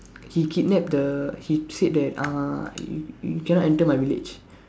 he kidnap the he said that uh you you cannot enter my village